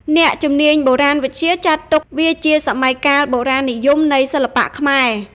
អ្នកជំនាញបុរាណវិទ្យាចាត់ទុកវាជាសម័យកាល "បុរាណនិយម" នៃសិល្បៈខ្មែរ។